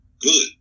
good